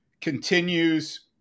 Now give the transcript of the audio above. continues